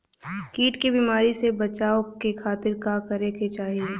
कीट के बीमारी से बचाव के खातिर का करे के चाही?